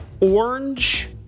orange